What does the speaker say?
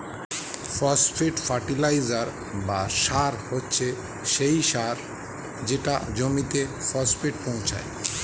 phosphate fertiliser বা সার হচ্ছে সেই সার যেটা জমিতে ফসফেট পৌঁছায়